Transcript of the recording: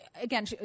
again